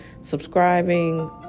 subscribing